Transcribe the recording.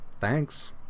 thanks